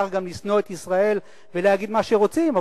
גם לשנוא את ישראל ולהגיד מה שרוצים.